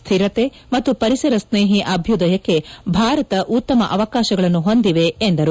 ಸ್ಥಿರತೆ ಮತ್ತು ಪರಿಸರ ಸ್ನೇಹಿ ಅಭ್ಯುದಯಕ್ಕೆ ಭಾರತ ಉತ್ತಮ ಅವಕಾಶಗಳನ್ನು ಹೊಂದಿವೆ ಎಂದರು